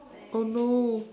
oh no